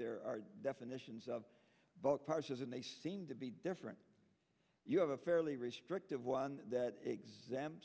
there are definitions of both powers and they seem to be different you have a fairly restrictive one that exams